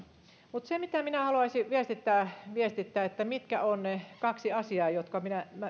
mutta se mitä minä haluaisin viestittää viestittää että mitkä ovat ne kaksi asiaa joista